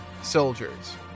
soldiers